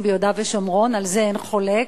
ביהודה ושומרון ועל זה אין חולק,